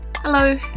Hello